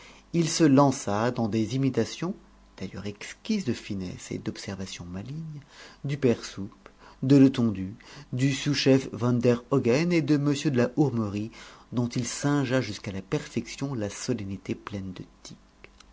il se lança dans des imitations d'ailleurs exquises de finesse et d'observation maligne du père soupe de letondu du sous-chef van der hogen et de m de la hourmerie dont il singea jusqu'à la perfection la solennité pleine de tics